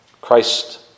Christ